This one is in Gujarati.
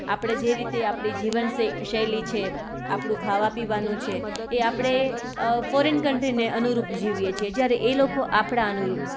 આપણે જે રીતે આપણી જીવન શૈલી છે આપણું ખાવા પીવાનું છે એ આપણે ફોરેન કન્ટ્રીને અનુરૂપ જીવીએ છીએ જ્યારે એ લોકો આપણા અનુરૂપ